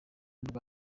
rwa